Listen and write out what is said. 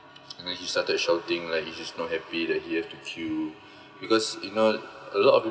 and then he started shouting like he's just not happy that he have to queue because you know a lot of